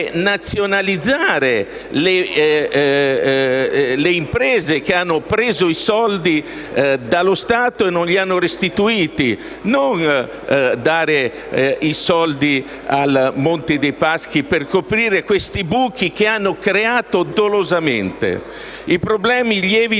nazionalizzare le imprese che hanno preso i soldi dallo Stato e non li hanno restituiti, non dare i soldi al Monte dei Paschi per coprire questi buchi che hanno creato dolosamente. I problemi lievitano